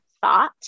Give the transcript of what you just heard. thought